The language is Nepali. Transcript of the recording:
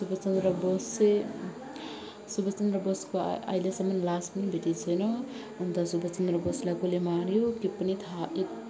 सुभाषचन्द्र बोस चाहिँ सुभाषचन्द्र बोसको अहिलेसम्म लास पनि भेटेको छैन अन्त सुभाषचन्द्र बोसलाई कसले माऱ्यो त्यो पनि थाहा एक